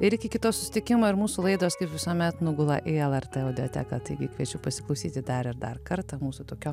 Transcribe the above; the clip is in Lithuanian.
ir iki kito susitikimo ir mūsų laidos kaip visuomet nugula į lrt audioteką taigi kviečiu pasiklausyti dar ir dar kartą mūsų tokio